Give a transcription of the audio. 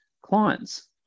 Clients